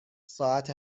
ساعت